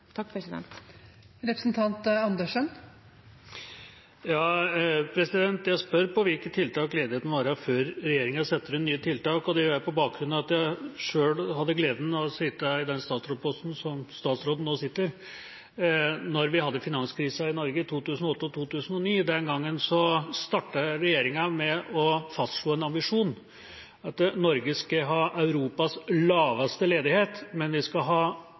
Jeg spør på hvilket nivå ledigheten må være før regjeringa setter inn nye tiltak, og det gjør jeg på bakgrunn av at jeg selv hadde gleden av å sitte i den statsrådsposten som statsråden nå sitter i, da vi hadde finanskrisa i Norge i 2008 og 2009. Den gangen startet regjeringa med å fastslå en ambisjon, at Norge skal ha Europas laveste ledighet, men vi skal ha